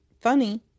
funny